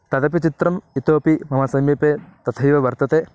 तदपि चित्रम् इतोपि मम समीपे तथैव वर्तते